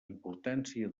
importància